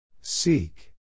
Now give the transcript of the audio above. Seek